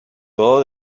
todo